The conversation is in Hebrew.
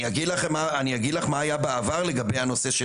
אני אגיד לך מה היה בעבר לגבי הנושא.